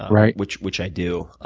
right. which which i do,